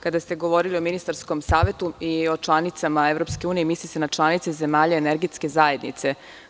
Kada ste govorili o ministarskom savetu i o članicama EU, misli se na članice zemalja energetske zajednice.